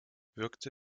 wirkte